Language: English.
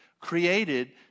created